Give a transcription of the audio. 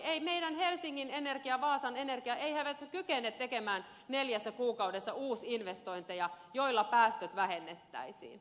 eivät meidän helsingin energia vaasan energia kykene tekemään neljässä kuukaudessa uusinvestointeja joilla päästöt vähennettäisiin